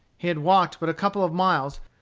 he had walked but a couple of miles,